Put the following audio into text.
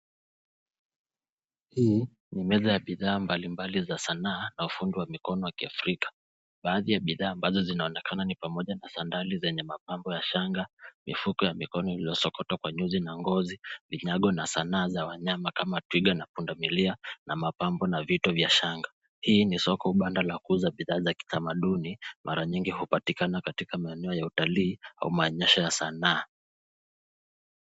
Hii ni meza ya bidhaa mbalimbali za sanaa na ufundi wa mikono ya kiafrika. Baadhi ya bidhaa ambazo zinaonekana ni pamoja na sandali zenye mapambo ya shanga, mifuko ya mikono iliyosokotwa kwa nyuzi na ngozi, vinyago na sanaa za wanyama kama twiga na pundamilia na mapambo na vitu vya shanga. Hii ni soko banda la kuuza bidhaa za kitamaduni, mara nyingi hupatikana katika maeneo ya utalii au maonyesho ya sanaa.